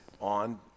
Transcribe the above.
on